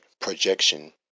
projection